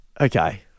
Okay